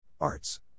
Arts